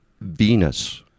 Venus